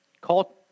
Call